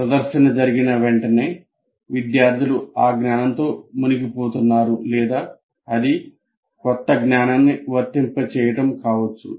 ప్రదర్శన జరిగిన వెంటనే విద్యార్థులు ఆ జ్ఞానంతో మునిగిపోతున్నారు లేదా అది క్రొత్త జ్ఞానాన్ని 'వర్తింపజేయడం' కావచ్చు